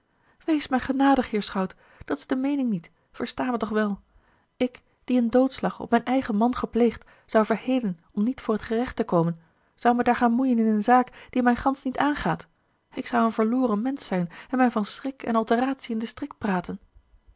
wees mij genadig heer schout dat is de meening niet versta me toch wel ik die een doodslag op mijn eigen man gepleegd zou verhelen om niet voor t gerecht te komen zou me daar gaan moeien in eene zaak die mij gansch niet aangaat ik zou een verloren mensch zijn en mij van schrik en alteratie in den strik praten